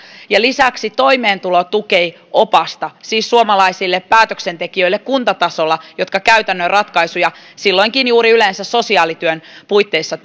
ja lisäksi toimeentulotukioppaassa siis suomalaisille kuntatason päätöksentekijöille jotka käytännön ratkaisuja yleensä juuri sosiaalityön puitteissa